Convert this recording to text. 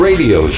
Radio